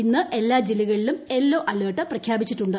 ഇന്ന് എല്ലാ ജില്ലകളിലും യെല്ലോ അല്ലേർട്ട് പ്രഖ്യാപിച്ചിട്ടുണ്ട്